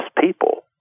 people